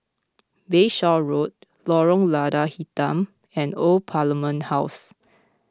Bayshore Road Lorong Lada Hitam and Old Parliament House